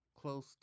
close